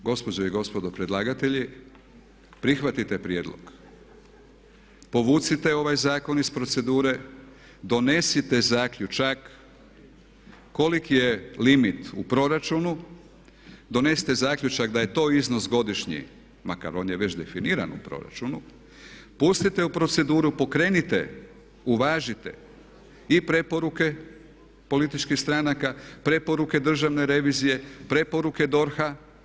E pa gospođe i gospodo predlagatelji prihvatite prijedlog, povucite ovaj zakon iz procedure, donesite zaključak koliki je limit u proračunu, donesite zaključak da je to iznos godišnji, makar on je već definiran u proračunu, pustite u proceduru, pokrenite, uvažite i preporuke političkih stranaka, preporuke državne revizije, preporuke DORH-a.